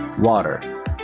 Water